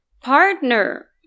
partner